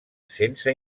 sense